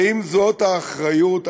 האם זאת האחריות?